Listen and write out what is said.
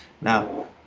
Now